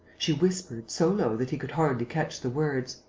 she whispered, so low that he could hardly catch the words